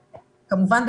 כמובן,